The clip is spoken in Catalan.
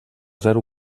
zero